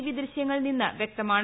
P ദൃശ്യങ്ങളിൽനിന്ന് വ്യക്തമാണ്